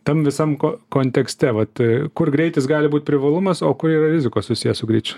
tam visam ko kontekste vat kur greitis gali būt privalumas o kur yra rizikos susiję su greičiu